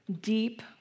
Deep